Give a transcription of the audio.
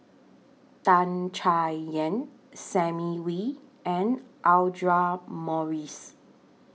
Tan Chay Yan Simon Wee and Audra Morrice